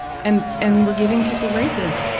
and and we're giving people raises.